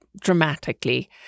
dramatically